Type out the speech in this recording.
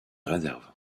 réserve